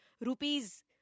rupees